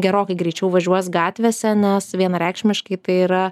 gerokai greičiau važiuos gatvėse nes vienareikšmiškai tai yra